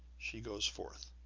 she goes forth.